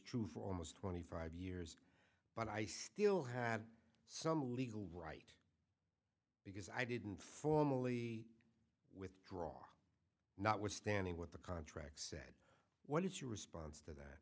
true for almost twenty five years but i still had some legal right because i didn't formally withdraw notwithstanding what the contracts what is your response to that